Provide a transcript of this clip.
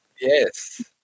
Yes